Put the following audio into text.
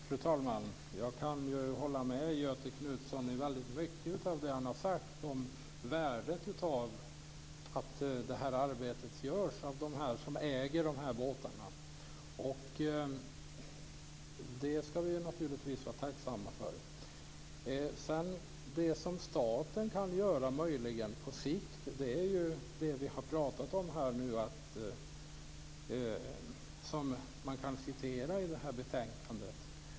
Fru talman! Jag kan hålla med Göthe Knutson i väldigt mycket av det han har sagt om värdet av att detta arbete görs av dem som äger båtarna. Det skall vi naturligtvis vara tacksamma för. Det som staten möjligen kan göra på sikt är det som vi har pratat om här och som man kan läsa i betänkandet.